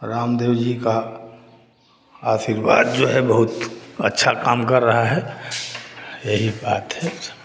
रामदेव जी का आशीर्वाद जो है बहुत अच्छा काम कर रहा है यही बात है सब